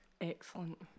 Excellent